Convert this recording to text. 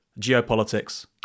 geopolitics